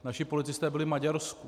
Naši policisté byli v Maďarsku.